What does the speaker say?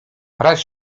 raz